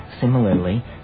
Similarly